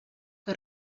que